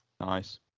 Nice